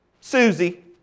Susie